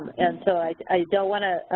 and so i don't want to